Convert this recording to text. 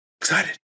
Excited